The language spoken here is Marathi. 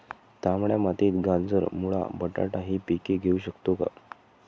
तांबड्या मातीत गाजर, मुळा, बटाटा हि पिके घेऊ शकतो का?